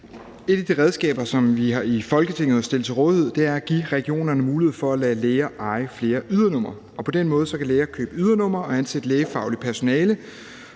Et af de redskaber, som vi i Folketinget har stillet til rådighed, er at give regionerne mulighed for at lade læger eje flere ydernumre, og på den måde kan læger købe ydernumre og ansætte lægefagligt personale.